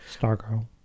Stargirl